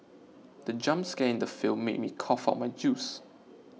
the jump scare in the film made me cough out my juice